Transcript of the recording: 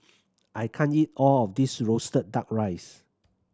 I can't eat all of this roasted Duck Rice